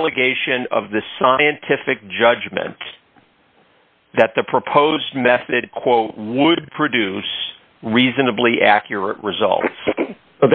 delegation of the scientific judgment that the proposed method quote would produce reasonably accurate results that